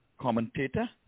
commentator